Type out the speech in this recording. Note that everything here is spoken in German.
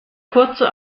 kurze